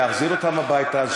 להחזיר אותם הביתה.